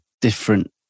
different